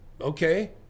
Okay